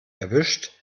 erwischt